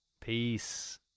Peace